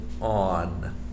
on